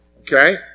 okay